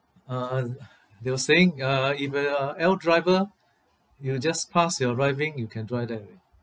uh they were saying uh if you are L driver you just pass your driving you can drive there already